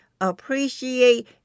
appreciate